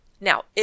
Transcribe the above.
Now